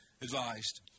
advised